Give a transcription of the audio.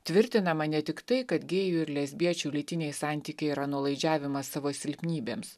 tvirtinama ne tiktai kad gėjų ir lesbiečių lytiniai santykiai yra nuolaidžiavimas savo silpnybėms